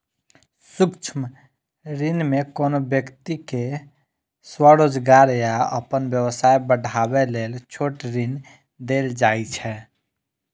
सूक्ष्म ऋण मे कोनो व्यक्ति कें स्वरोजगार या अपन व्यवसाय बढ़ाबै लेल छोट ऋण देल जाइ छै